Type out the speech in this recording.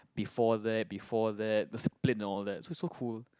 before that before that they explain the all that so it's so cool